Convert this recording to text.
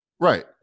Right